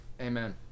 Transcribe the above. amen